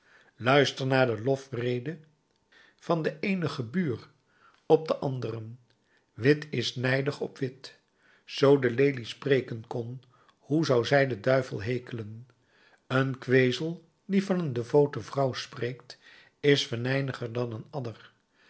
luister naar de lofrede van den eenen gebuur op den anderen wit is nijdig op wit zoo de lelie spreken kon hoe zou zij de duivel hekelen een kwezel die van een devote vrouw spreekt is venijniger dan een adder